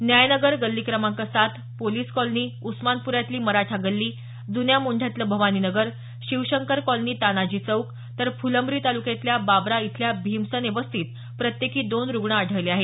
न्याय नगर गल्ली क्रमांक सात पोलिस कॉलनी उस्मानपुऱ्यातली मराठा गल्ली जुन्या मोंढ्यातलं भवानी नगर शिवशंकर कॉलनी तानाजी चौक तर फुलंब्री तालुक्यातल्या बाबरा इथल्या भिमसने वस्तीत प्रत्येकी दोन रुग्ण आहेत